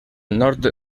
nord